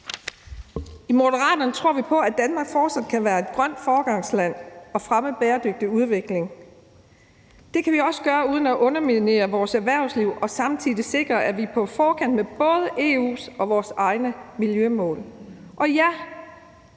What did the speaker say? I Moderaterne tror vi på, at Danmark fortsat kan være et grønt foregangsland og fremme bæredygtig udvikling. Det kan vi gøre uden at underminere vores erhvervsliv, samtidig med at vi sikrer, at vi er på forkant med både EU's og vores egne miljømål. Og ja,